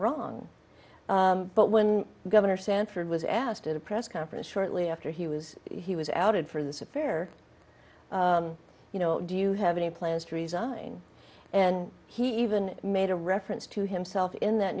wrong but when governor sanford was asked at a press conference shortly after he was he was outed for this affair you know do you have any plans to resign and he even made a reference to himself in that